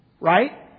Right